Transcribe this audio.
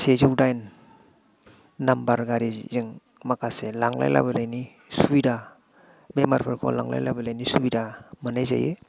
सेजौ दाइन नाम्बार गारिजों माखासे लांलाय लाबोलाय सुबिदा बेरामफोरखौ लांलाय लाबोलायनि सुबिदा मोननाय जायो